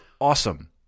awesome